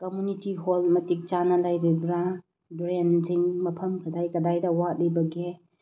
community hall ꯃꯇꯤꯛꯆꯥꯅ ꯂꯩꯔꯤꯕ꯭ꯔꯥ ꯗ꯭ꯔꯦꯟꯁꯤꯡ ꯃꯐꯝ ꯀꯗꯥꯏ ꯀꯗꯥꯏꯗ ꯋꯥꯠꯂꯤꯕꯒꯦ